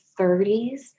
30s